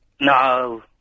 No